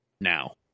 now